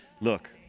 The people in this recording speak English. Look